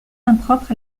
impropre